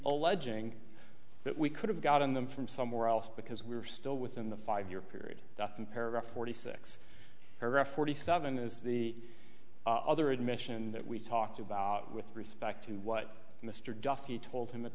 alleging that we could have gotten them from somewhere else because we were still within the five year period nothing paragraph forty six paragraph forty seven is the other admission that we talked about with respect to what mr duffy told him at